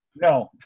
no